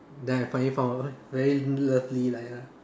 then finally found a very lovely like a